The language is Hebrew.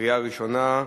בקריאה ראשונה.